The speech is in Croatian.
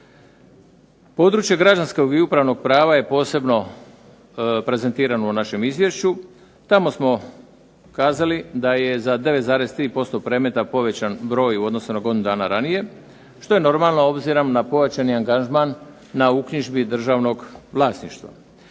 Područje građanskog i upravnog prava je posebno prezentirano u našem Izvješću. Tamo smo kazali da je za 9,3% predmeta povećan broj u odnosu na godinu dana ranije što je normalno obzirom na pojačani angažman na uknjižbi državnog vlasništva.